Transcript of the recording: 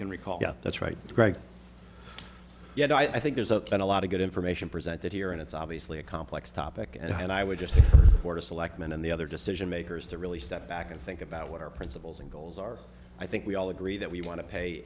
can recall that's right greg yeah i think there's a been a lot of good information presented here and it's obviously a complex topic and i would just board of selectmen and the other decision makers to really step back and think about what our principles and goals are i think we all agree that we want to pay